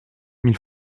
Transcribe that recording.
mille